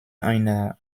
einer